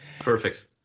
perfect